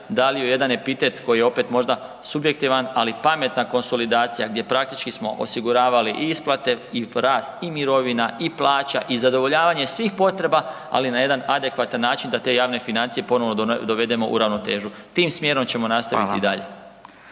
dali joj jedan epitet koji je opet možda subjektivan, ali pametna konsolidacija gdje praktički smo osiguravali i isplate i rast i mirovina i plaća i zadovoljavanje svih potreba, ali na jedan adekvatan način da te javne financije ponovo dovedemo u ravnotežu. Tim smjerom ćemo nastaviti i dalje.